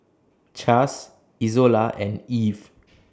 Chas Izola and Eve